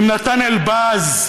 עם נתן אלבז,